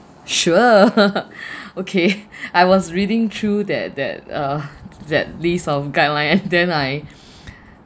sure okay I was reading through that that uh that list of guideline and then I